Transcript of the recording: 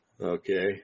Okay